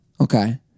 Okay